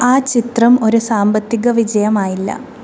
ആ ചിത്രം ഒരു സാമ്പത്തിക വിജയമായില്ല